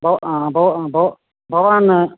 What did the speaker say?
बव बव बव भवान्